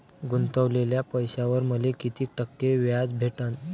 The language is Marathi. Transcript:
गुतवलेल्या पैशावर मले कितीक टक्के व्याज भेटन?